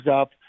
up